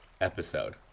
episode